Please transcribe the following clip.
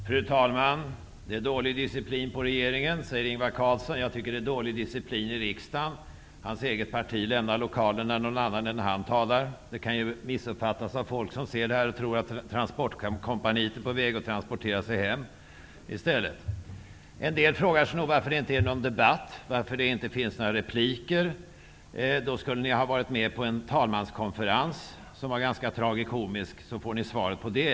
Fru talman! Det är dålig disciplin på regeringen, säger Ingvar Carlsson. Jag tycker att det är dålig disciplin i riksdagen. Ingvar Carlssons partimedlemmar lämnar kammaren när någon annan än han talar. Det kan missuppfattas av folk som ser det och som då tror att det handlar om ett transportkompani som är på väg att transportera sig hem i stället. En del frågar sig nog varför det inte är någon debatt, varför det inte är några repliker. Då skulle ni ha varit med på en talmanskonferens som var ganska tragikomisk, för då hade ni fått svaret.